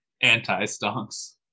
anti-stonks